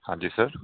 ਹਾਂਜੀ ਸਰ